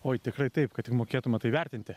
oi tikrai taip kad tik mokėtume tai vertinti